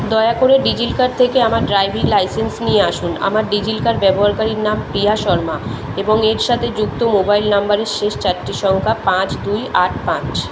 দয়া করে ডিজিলকার থেকে আমার ড্রাইভিং লাইসেন্স নিয়ে আসুন আমার ডিজিলকার ব্যবহারকারীর নাম প্রিয়া শর্মা এবং এর সাথে যুক্ত মোবাইল নম্বরের শেষ চারটি সংখ্যা পাঁচ দুই আট পাঁচ